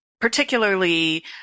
particularly